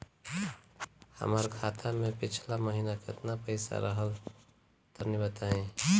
हमार खाता मे पिछला महीना केतना पईसा रहल ह तनि बताईं?